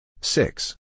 Six